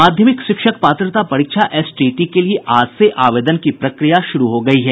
माध्यमिक शिक्षक पात्रता परीक्षा एसटीईटी के लिए आज से आवेदन की प्रक्रिया शुरू हो गयी है